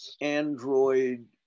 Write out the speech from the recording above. android